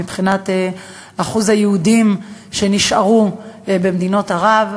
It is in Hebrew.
מבחינת אחוז היהודים שנשארו במדינות ערב.